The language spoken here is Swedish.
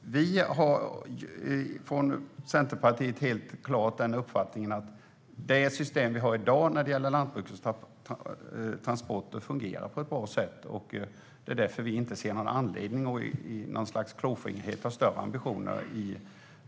Vi i Centerpartiet har uppfattningen att det system vi har i dag när det gäller lantbrukstransporter fungerar bra. Därför ser vi ingen anledning att i något slags klåfingrighet ha större ambitioner